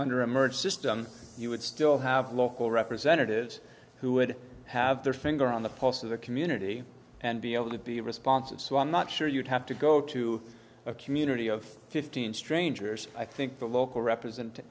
under a merge system you would still have local representatives who would have their finger on the pulse of the community and be able to be responsive so i'm not sure you'd have to go to a community of fifteen strangers i think the local represent